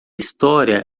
história